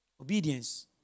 Obedience